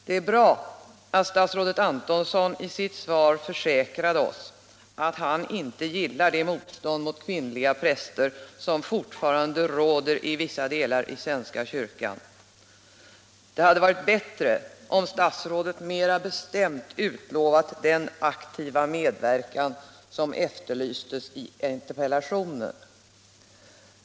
Det är bra att statsrådet Antonsson i sitt svar försäkrade att han inte gillar det motstånd mot kvinnliga präster som fortfarande råder i vissa delar av den svenska kyrkan. Men det hade emellertid varit bättre om statsrådet mera bestämt utlovat den aktiva medverkan som efterlystes i interpellationen.